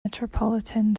metropolitan